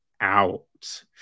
out